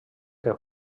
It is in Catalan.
que